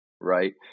right